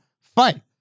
fight